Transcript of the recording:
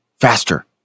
faster